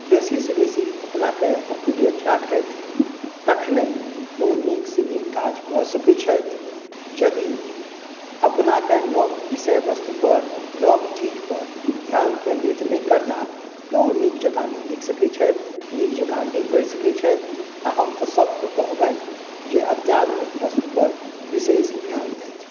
बेसीसँ बेसी अपनाके अपटूडेट राखथि तखनहि ओ नीकसँ नीक काज कऽ सकैत छथि यदि अपनाके नव विषय वस्तुपर नव चीजपर ध्यान केन्द्रित नहि करताह तऽ ओ नीक जकाँ नहि लिख सकैत छथि नीक जकाँ नहि पढ़ि सकैत छथि आ हम तऽ सभकेँ कहबनि जे अत्याधुनिक वस्तुपर विशेष ध्यान दैथ